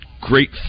great